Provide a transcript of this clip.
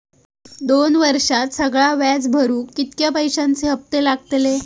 दोन वर्षात सगळा व्याज भरुक कितक्या पैश्यांचे हप्ते लागतले?